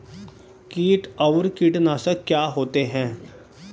कीट और कीटनाशक क्या होते हैं?